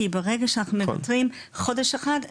כי ברגע שאנחנו מוותרים חודש אחד,